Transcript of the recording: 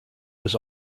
was